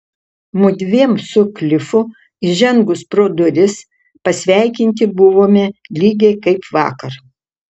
mudviem su klifu įžengus pro duris pasveikinti buvome lygiai kaip vakar